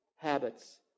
habits